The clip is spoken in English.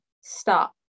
stop